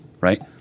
right